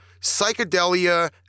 psychedelia